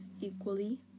equally